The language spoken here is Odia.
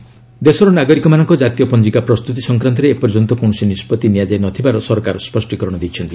ଏଲ୍ଏସ୍ ଏନ୍ଆର୍ସି ଦେଶର ନାଗରିକମାନଙ୍କ ଜାତୀୟ ପଞ୍ଜିକା ପ୍ରସ୍ତୁତି ସଂକ୍ରାନ୍ତରେ ଏ ପର୍ଯ୍ୟନ୍ତ କୌଣସି ନିଷ୍କଭି ନିଆଯାଇ ନଥିବାର ସରକାର ସ୍ୱଷ୍ଟିକରଣ ଦେଇଛନ୍ତି